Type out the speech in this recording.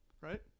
Right